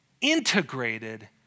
integrated